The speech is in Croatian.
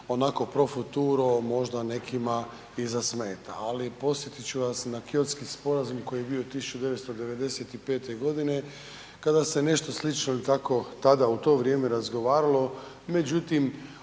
onako pro futuro možda nekima i zasmeta, ali podsjetit ću vas na Kyotski sporazum koji je bio 1995. g. kada se nešto slično tako tada u to vrijeme razgovaralo, međutim